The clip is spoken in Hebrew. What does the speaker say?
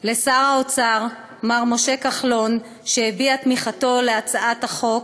לשר האוצר מר משה כחלון שהביע את תמיכתו בהצעת החוק,